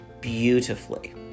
beautifully